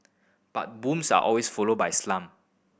but booms are always followed by slump